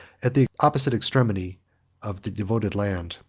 at the opposite extremity of the devoted land.